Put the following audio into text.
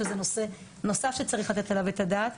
שזה נושא נוסף שצריך לתת עליו את הדעת.